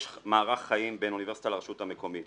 יש מערך חיים בין האוניברסיטה לרשות המקומית.